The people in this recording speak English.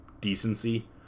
decency